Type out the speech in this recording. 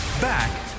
back